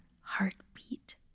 heartbeat